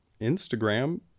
instagram